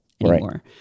anymore